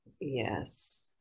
Yes